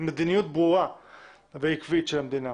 מדיניות ברורה ועקבית של המדינה.